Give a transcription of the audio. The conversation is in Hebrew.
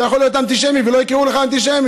אתה יכול להיות אנטישמי ולא יקראו לך אנטישמי.